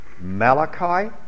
Malachi